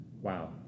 Wow